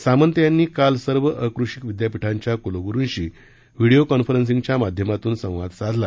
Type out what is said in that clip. सामंत यांनी काल सर्व अकृषी विद्यापीठांच्या कुलगुरूंशी व्हीडीओ कॉन्फरन्सिंगच्या माध्यमातून संवाद साधला